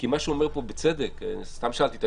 כי מה שהוא אומר בצדק - לא מעניין אותו